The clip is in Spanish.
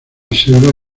selva